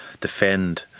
defend